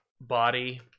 body